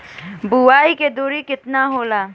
बुआई के दुरी केतना होला?